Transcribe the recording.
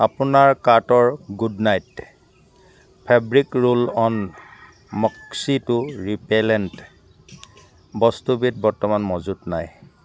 আপোনাৰ কাৰ্টৰ good night fabric roll on mosquito repellent বস্তুবিধ বৰ্তমান মজুত নাই